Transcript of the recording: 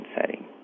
setting